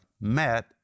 met